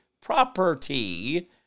property